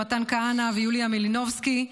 למתן כהנא ויוליה מלינובסקי.